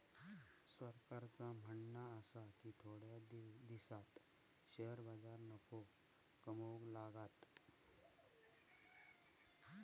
सरकारचा म्हणणा आसा की थोड्या दिसांत शेअर बाजार नफो कमवूक लागात